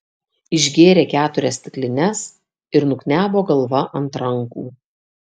išgėrė keturias stiklines ir nuknebo galva ant rankų